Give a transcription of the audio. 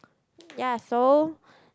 ya so